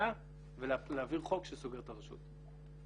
במליאה ולהעביר חוק שסוגר את הרשות.